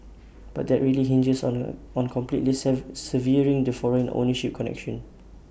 but that really hinges on A on completely severing the foreign ownership connection